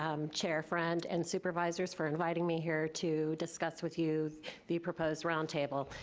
um chair friend and supervisors for inviting me here to discuss with you the proposed roundtable.